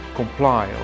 comply